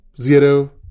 zero